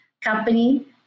company